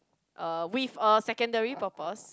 uh with a secondary purpose